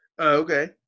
Okay